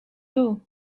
too